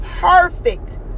perfect